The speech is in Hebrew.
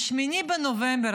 ב-8 בנובמבר,